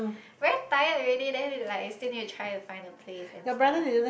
very tired already then is like you still need to try to find the place and stuff